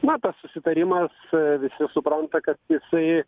na tas susitarimas visi supranta kad jisai